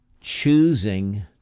Choosing